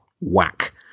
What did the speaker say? Whack